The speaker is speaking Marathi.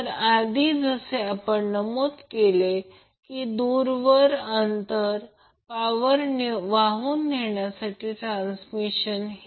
तर हे Vab Ia cos 30 o आहे किंवा आपण VL √ cos 30 o लिहू शकतो हे समीकरण 1 आहे हे वॅटमीटर 1 चे रीडिंग आहे आता वॅटमीटर 2